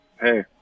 Hey